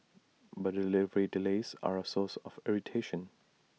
but delivery delays are A source of irritation